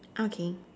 okay